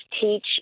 teach